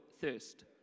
thirst